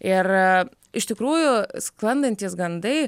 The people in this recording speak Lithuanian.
ir iš tikrųjų sklandantys gandai